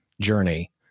journey